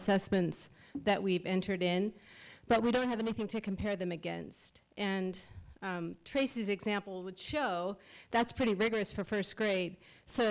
assessments that we've entered in but we don't have anything to compare them against and traces example would show that's pretty rigorous for first grade so